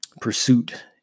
pursuit